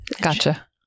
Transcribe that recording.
Gotcha